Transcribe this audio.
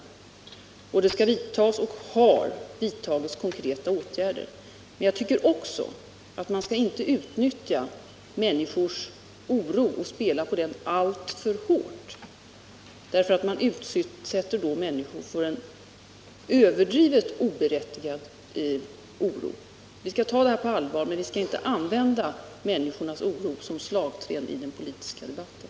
Konkreta åtgärder skall vidtas och har vidtagits. Men jag tycker att man inte skall utnyttja människors oro och spela på den alltför hårt. Då utsätter man människor för en överdriven och oberättigad oro. Vi skall ta frågan på allvar, men vi skall inte använda människors oro såsom slagträ i den politiska debatten.